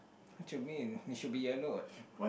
Germaine it should be a note